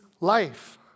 life